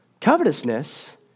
covetousness